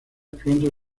pronto